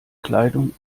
kleidung